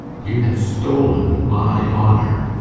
you had stolen my honour,